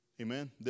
Amen